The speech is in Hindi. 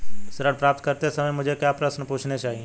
ऋण प्राप्त करते समय मुझे क्या प्रश्न पूछने चाहिए?